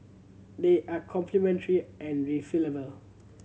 they are complementary and refillable